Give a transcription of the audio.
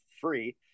free